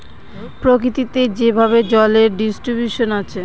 প্রকৃতিতে যেভাবে জলের ডিস্ট্রিবিউশন আছে